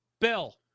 Bill